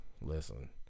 Listen